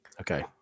Okay